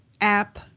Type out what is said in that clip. app